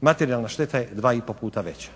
Materijalna šteta je 2,5 puta veća.